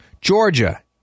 Georgia